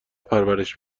پرورش